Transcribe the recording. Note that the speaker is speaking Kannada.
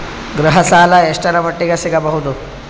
ಗೃಹ ಸಾಲ ಎಷ್ಟರ ಮಟ್ಟಿಗ ಸಿಗಬಹುದು?